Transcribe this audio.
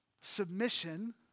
submission